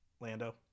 Lando